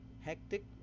hectic